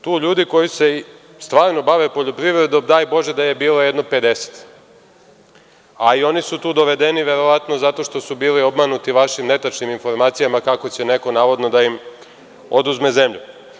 Tu ljudi koji se stvarno bave poljoprivredom daj bože da je bilo jedno pedeset, a i oni su tu dovedeni verovatno zato što su bili obmanuti vašim netačnim informacijama kako će neko navodno da im oduzme zemlju.